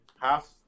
half